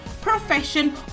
profession